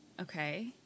Okay